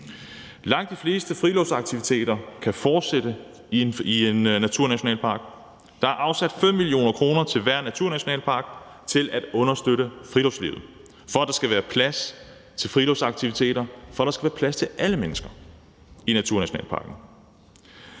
Langt de fleste friluftsaktiviteter kan fortsætte i naturnationalparkerne. Der er afsat 5 mio. kr. til hver naturnationalpark til at understøtte friluftslivet, for at der skal være plads til friluftsaktiviteter, og for at der skal være plads til alle mennesker i naturnationalparken.